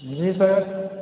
जी sir